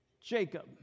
Jacob